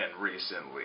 recently